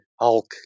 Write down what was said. Hulk